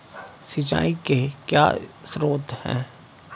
सिंचाई के क्या स्रोत हैं?